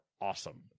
awesome